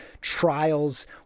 trials